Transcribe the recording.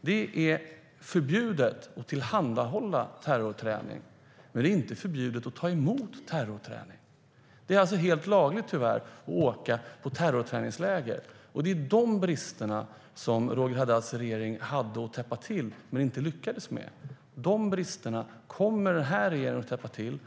Det är förbjudet att tillhandahålla terrorträning, men det är inte förbjudet att ta emot terrorträning. Det är alltså helt lagligt, tyvärr, att åka på terrorträningsläger. Det är denna brist som Roger Haddads regering hade att täppa till men inte lyckades med. Denna brist kommer den här regeringen att täppa till.